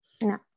No